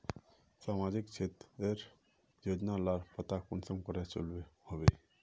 सामाजिक क्षेत्र रेर योजना लार पता कुंसम करे चलो होबे?